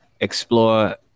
explore